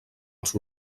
els